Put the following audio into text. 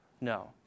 No